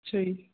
ਅੱਛਾ ਜੀ